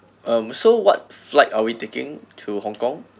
um so what flight are we taking to hong kong